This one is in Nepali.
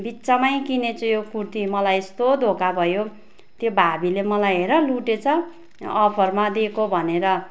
बित्थामा किने छु यो कुर्ती मलाई यस्तो धोका भयो त्यो भाबीले मलाई हेर लुटेछ अफरमा दिएको भनेर